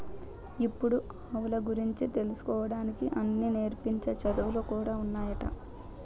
ఇప్పుడు అడవుల గురించి తెలుసుకోడానికి అన్నీ నేర్పించే చదువులు కూడా ఉన్నాయట